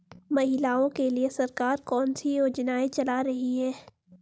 महिलाओं के लिए सरकार कौन सी योजनाएं चला रही है?